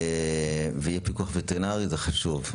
שיהיה פיקוח וטרינרי זה חשוב,